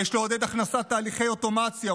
יש לעודד הכנסת תהליכי אוטומציה,